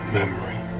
memory